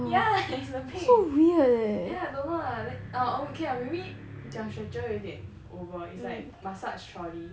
yeah it's the bed yeah don't know lah may~ ah okay lah maybe 讲 stretcher 有一点 over its like massage trolley